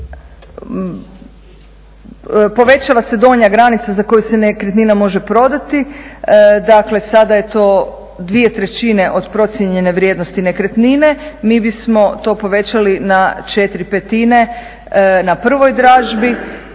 Povećava se donja granica za koju se nekretnina može prodati, dakle sada je to 2/3 od procijenjene vrijednosti nekretnine. Mi bismo to povećali na 4/5 na prvoj dražbi